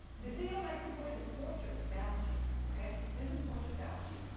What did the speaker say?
the field likes to call it the fortress balance sheet, okay? this is the fortress balance sheet.